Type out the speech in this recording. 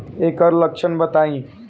ऐकर लक्षण बताई?